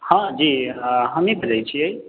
हँ जी